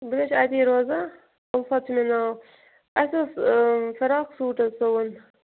بہٕ تے چھِ اَتی روزان اُلفت چھُ مےٚ ناو اَسہِ اوس فِراک سوٗٹھ اوس سُوُن